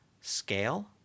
scale